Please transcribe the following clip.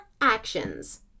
actions